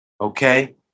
okay